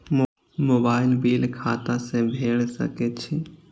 Mobile bill खाता से भेड़ सके छि?